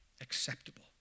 acceptable